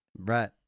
Right